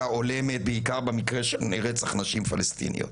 הולמת בעיקר במקרה של רצח נשים פלשתינאיות,